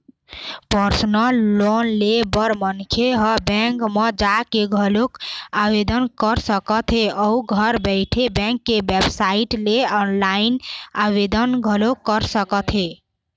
personal loan ले बर मनखे ह बेंक म जाके घलोक आवेदन कर सकत हे अउ घर बइठे बेंक के बेबसाइट ले ऑनलाईन आवेदन घलोक कर सकत हे